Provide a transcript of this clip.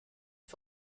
des